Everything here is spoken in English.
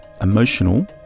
emotional